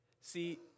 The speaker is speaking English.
See